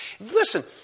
Listen